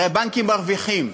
הרי בנקים מרוויחים,